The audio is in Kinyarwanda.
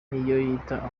niyoyita